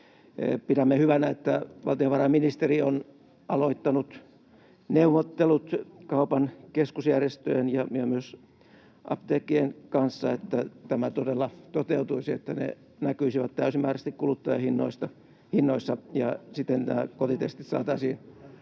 Pidämme hyvänä, että valtionvarainministeri on aloittanut neuvottelut kaupan keskusjärjestöjen ja myös apteekkien kanssa, jotta tämä todella toteutuisi, että ne näkyisivät täysimääräisesti kuluttajahinnoissa ja siten nämä kotitestit saataisiin